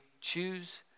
choose